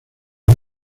del